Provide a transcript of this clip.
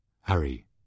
Harry